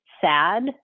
sad